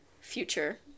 future